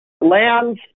lands